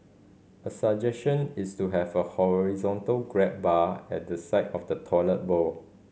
a suggestion is to have a horizontal grab bar at the side of the toilet bowl